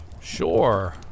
Sure